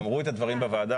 הם אמרו את הדברים בוועדה.